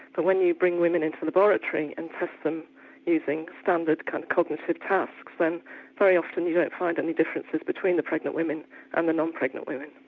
but when you bring women into the laboratory and test them using standard kind of cognitive tasks then very often you don't find any difference between the pregnant women and the non-pregnant women.